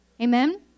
Amen